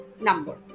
number